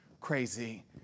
crazy